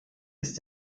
ist